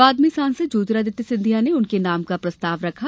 बाद में सांसद ज्योतिरादित्य ने उनके नाम का प्रस्ताव रखा